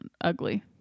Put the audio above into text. ugly